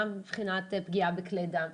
גם מבחינת פגיעה בכלי דם.